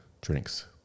drinks